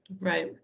Right